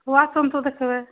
ହଉ ଆସନ୍ତୁ ଦେଖିବେ